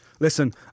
Listen